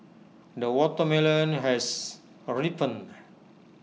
the watermelon has ripened